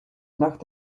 nach